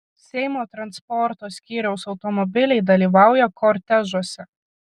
seimo transporto skyriaus automobiliai dalyvauja kortežuose